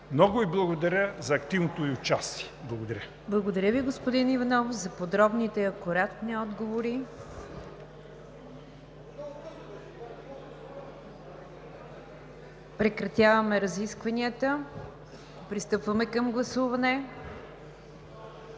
Много благодаря за активното Ви участие. ПРЕДСЕДАТЕЛ НИГЯР ДЖАФЕР: Благодаря Ви, господин Иванов, за подробните и акуратни отговори. Прекратяваме разискванията. Пристъпваме към гласуване.